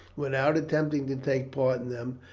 without attempting to take part in them,